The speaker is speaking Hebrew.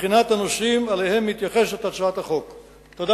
לבחינת הנושאים שאליהם הצעת החוק מתייחסת.